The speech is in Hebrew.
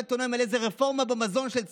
עיתונאים על איזו רפורמה במזון של צה"ל,